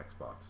xbox